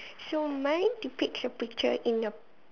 so mine depicts a picture in a